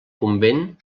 convent